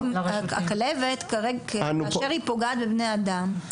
הכלבת כאשר היא פוגעת בבני אדם,